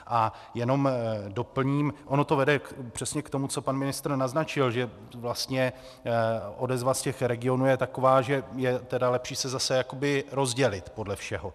A jenom doplním, ono to vede přesně k tomu, co pan ministr naznačil, že vlastně odezva z těch regionů je taková, že je tedy lepší se zase jakoby rozdělit podle všeho.